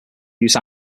use